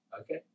Okay